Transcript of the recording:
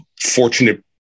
fortunate